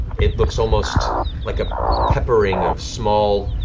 it looks almost like a peppering of small